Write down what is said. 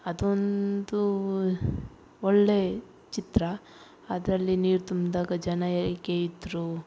ಅದೊಂದು ಒಳ್ಳೆ ಚಿತ್ರ ಅದರಲ್ಲಿ ನೀರು ತುಂಬಿದಾಗ ಜನ ಹೇಗೆ ಇದ್ದರು